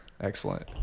Excellent